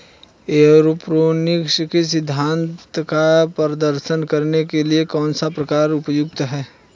Aeroponics के सिद्धांत का प्रदर्शन करने के लिए कौन सा प्रकार उपयुक्त है?